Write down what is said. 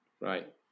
Right